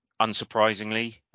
unsurprisingly